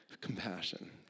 Compassion